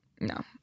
no